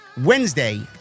Wednesday